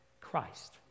Christ